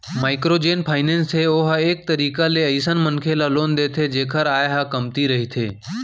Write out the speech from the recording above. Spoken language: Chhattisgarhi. माइक्रो जेन फाइनेंस हे ओहा एक तरीका ले अइसन मनखे ल लोन देथे जेखर आय ह कमती रहिथे